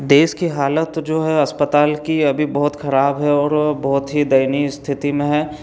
देश की हालत जो है अस्पताल की अभी बहुत ख़राब है और बहुत ही दयनीय स्थिति में है